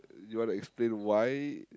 you wanna explain why